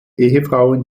ehefrauen